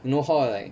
you know how I like